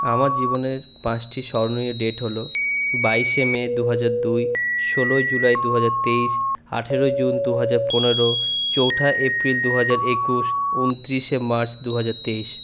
আমার জীবনের পাঁচটি স্মরণীয় ডেট হল বাইশে মে দুহাজার দুই ষোলোই জুলাই দুহাজার তেইশ আঠেরোই জুন দুহাজার পনের চৌঠা এপ্রিল দুহাজার একুশ ঊনত্রিশে মার্চ দুহাজার তেইশ